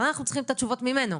אנחנו צריכים את התשובות ממנו,